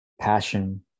passion